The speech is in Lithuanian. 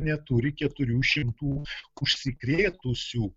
neturi keturių šimtų užsikrėtusių